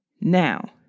now